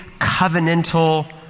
covenantal